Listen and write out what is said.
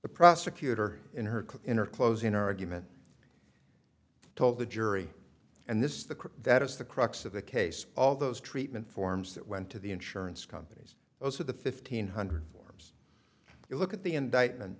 the prosecutor in her inner closing argument told the jury and this is the quote that is the crux of the case all those treatment forms that went to the insurance companies those are the fifteen hundred forms you look at the indictment